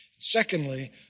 Secondly